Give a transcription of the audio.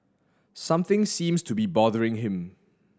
something seems to be bothering him